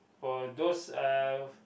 for those uh